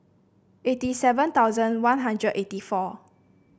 eighty seven thousand One Hundred eighty four